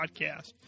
Podcast